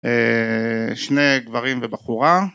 אההה... שני גברים ובחורה.